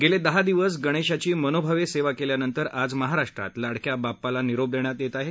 गेले दहा दिवस गणेशाची मनोभावे सेवा केल्यानंतर आज महाराष्ट्रात लाडक्या बाप्पाला निरोप देण्यात येत आहे